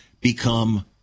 become